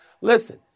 Listen